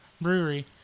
Brewery